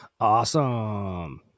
Awesome